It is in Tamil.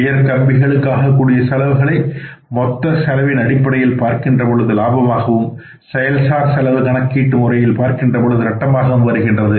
கியர் கம்பிகளுக்கு ஆகக்கூடிய செலவுகளை மொத்த செலவின் அடிப்படையில் பார்க்கின்ற பொழுது லாபமாகவும் செயல் சார் செலவு கணக்கு அடிப்படையில் பார்க்கின்ற பொழுது நட்டமாகவும் வருகின்றது